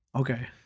Okay